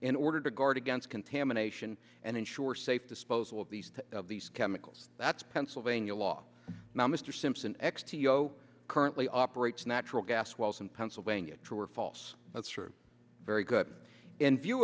in order to guard against contamination and ensure safe disposal of these these chemicals that's pennsylvania law now mr simpson x two yo currently operates natural gas wells in pennsylvania true or false that's true very good in view